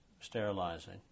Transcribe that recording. sterilizing